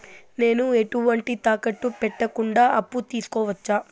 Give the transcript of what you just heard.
నేను ఎటువంటి తాకట్టు పెట్టకుండా అప్పు తీసుకోవచ్చా?